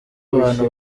abantu